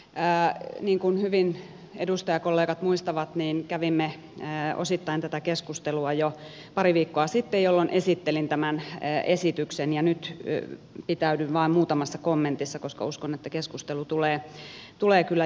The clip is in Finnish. niin kuin hyvin edustajakollegat muistavat kävimme osittain tätä keskustelua jo pari viikkoa sitten jolloin esittelin tämän esityksen ja nyt pitäydyn vain muutamassa kommentissa koska uskon että keskustelu tulee kyllä jatkumaan